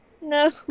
No